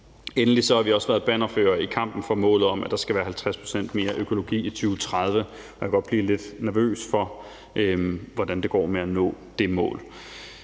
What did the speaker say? Endelig har vi været bannerførere i kampen for målet om, at der skal være 50 pct. mere økologi i 2030. Man kan godt blive lidt nervøs for, hvordan det går med at nå det mål.